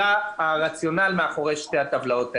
הרציונל מאחורי שתי הטבלאות הללו: